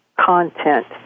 content